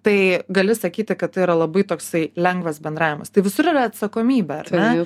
tai gali sakyti kad tai yra labai toksai lengvas bendravimas tai visur yra atsakomybė ar ne